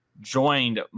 joined